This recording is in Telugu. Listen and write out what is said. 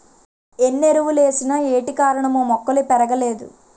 ఎన్నెరువులేసిన ఏటికారణమో మొక్కలు పెరగలేదు